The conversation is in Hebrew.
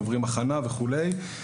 עוברים הכנה וכולי.